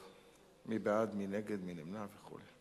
מי בעד, מי נגד, מי נמנע וכו'.